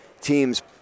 teams